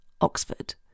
Oxford